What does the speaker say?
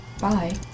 Bye